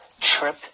Trip